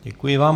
Děkuji vám.